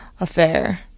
affair